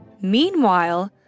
Meanwhile